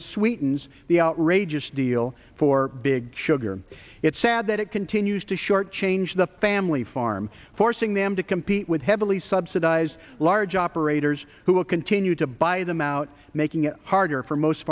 it sweetens the outrageous deal for big sugar it's sad that it continues to shortchange the family farm forcing them to compete with heavily subsidized large operators who will continue to buy them out making it harder for most